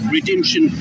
Redemption